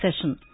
Session